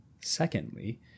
secondly